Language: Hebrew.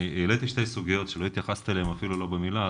אני העליתי שתי סוגיות שלא התייחסת אליהן אפילו לא במילה.